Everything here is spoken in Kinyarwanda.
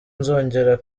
nzongera